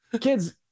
kids